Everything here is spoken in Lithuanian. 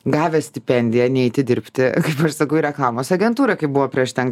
gavę stipendiją neiti dirbti kaip aš sakau į reklamos agentūrą kaip buvo prieš ten